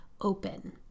open